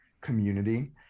community